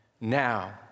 Now